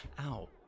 Ow